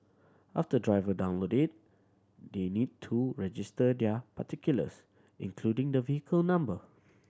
after driver download it they need to register their particulars including the vehicle number